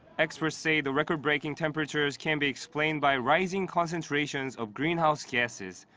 experts say the record-breaking temperatures can be explained by rising concentrations of greenhouse gases,